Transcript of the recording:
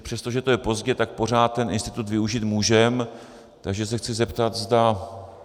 Přesto, že je to pozdě, tak pořád ten institut využít můžeme, takže se chci zeptat, zda...